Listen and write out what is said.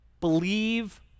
believe